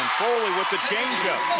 foley with the change-up.